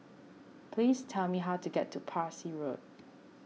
please tell me how to get to Parsi Road